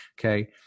Okay